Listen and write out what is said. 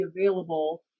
available